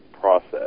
process